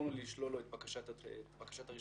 ויכולנו לשלול לו את בקשת הרישיון,